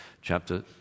chapter